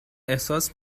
احساس